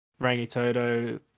Rangitoto